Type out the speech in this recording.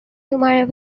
তোমাৰ